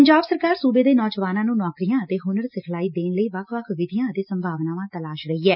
ਪੰਜਾਬ ਸਰਕਾਰ ਸੁਬੇ ਦੇ ਨੌਜਵਾਨਾਂ ਨੂੰ ਨੌਕਰੀਆਂ ਅਤੇ ਹੁਨਰ ਸਿਖਲਾਈ ਦੇਣ ਲਈ ਵੱਖ ਵੱਖ ਵਿਧੀਆਂ ਅਤੇ ਸੰਭਾਵਨਾਵਾਂ ਤਲਾਸ਼ ਰਹੀ ਐ